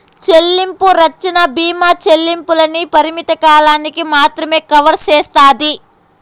చెల్లింపు రచ్చన బీమా చెల్లింపుల్ని పరిమిత కాలానికి మాత్రమే కవర్ సేస్తాది